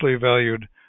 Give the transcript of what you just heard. valued